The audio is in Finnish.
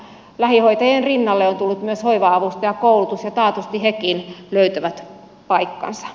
lähihoitajien rinnalle on tullut myös hoiva avustajakoulutus ja taatusti hekin löytävät paikkansa